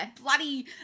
bloody